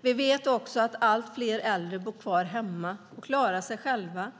Vi vet att allt fler äldre bor kvar hemma och klarar sig själva.